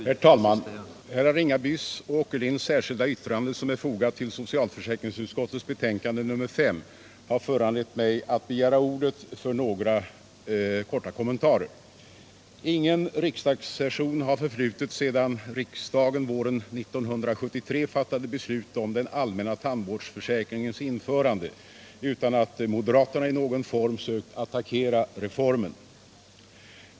Herr talman! Herrar Ringabys och Åkerlinds särskilda yttrande som är fogat vid socialförsäkringsutskottets betänkande nr 5 har föranlett mig att begära ordet för några korta kommentarer. Ingen riksdagssession har förflutit sedan riksdagen våren 1973 fattade beslut om den allmänna tandvårdsförsäkringens införande utan att moderaterna i någon form sökt attackera reformen.